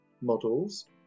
models